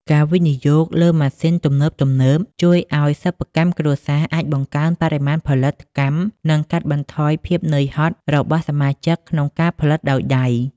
ការវិនិយោគលើម៉ាស៊ីនទំនើបៗជួយឱ្យសិប្បកម្មគ្រួសារអាចបង្កើនបរិមាណផលិតកម្ម និងកាត់បន្ថយភាពហត់នឿយរបស់សមាជិកក្នុងការផលិតដោយដៃ។